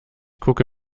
gucke